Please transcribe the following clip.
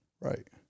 Right